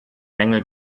mängel